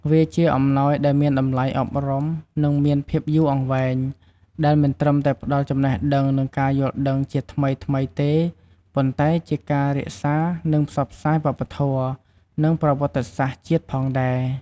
វាជាអំណោយដែលមានតម្លៃអប់រំ និងមានភាពយូរអង្វែង ដែលមិនត្រឹមតែផ្តល់ចំណេះដឹងនិងការយល់ដឹងជាថ្មីៗទេ ប៉ុន្តែជាការរក្សា និងផ្សព្វផ្សាយវប្បធម៌ និងប្រវត្តិសាស្ត្រជាតិផងដែរ។